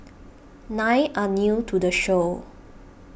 nine are new to the show